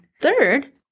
third